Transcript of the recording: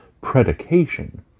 predication